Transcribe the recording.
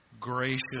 gracious